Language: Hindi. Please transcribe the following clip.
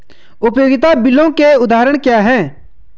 उपयोगिता बिलों के उदाहरण क्या हैं?